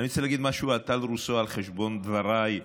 אני רוצה להגיד משהו על טל רוסו על חשבון דבריי הנוקבים.